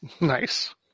Nice